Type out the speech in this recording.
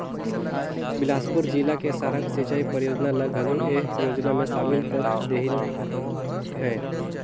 बेलासपुर जिला के सारंग सिंचई परियोजना ल घलो ए योजना मे सामिल कर देहिनह है